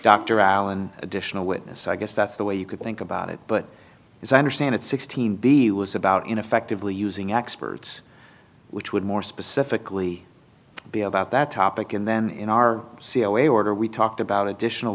dr allen additional witness i guess that's the way you could think about it but as i understand it sixteen b was about ineffectively using experts which would more specifically be about that topic and then in our c e o a order we talked about additional